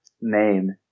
name